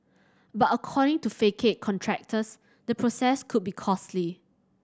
but according to facade contractors the process could be costly